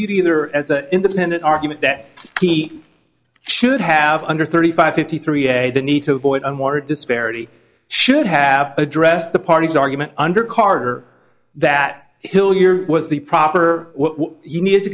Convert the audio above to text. either as an independent argument that he should have under thirty five fifty three a the need to avoid a more disparity should have addressed the party's argument under carter that hill year was the proper what you need